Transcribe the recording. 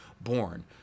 born